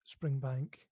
Springbank